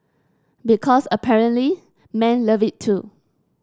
because apparently men love it too